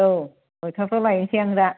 औ नयथाफ्राव लायनोसै आं दा